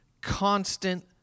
constant